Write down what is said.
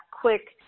quick